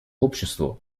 обществу